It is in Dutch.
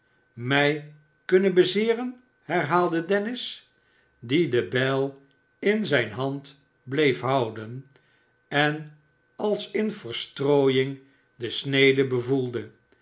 mij kunnen bezeeren herhaalde dennis die de bijl in zijne hand bleef houden en als in verstrooung de snede bevoelde